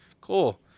Cool